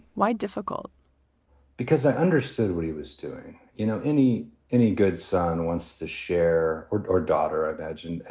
my difficult because i understood what he was doing. you know, any any good son wants to share or or daughter, i imagine,